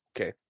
okay